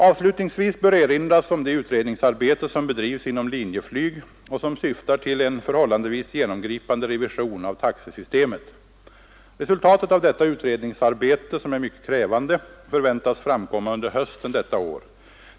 Avslutningsvis bör erinras om det utredningsarbete som bedrivs inom Linjeflyg och som syftar till en förhållandevis genomgripande revision av taxesystemet. Resultatet av detta utredningsarbete, som är mycket krävande, förväntas framkomma under hösten detta år.